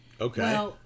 Okay